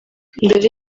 mbere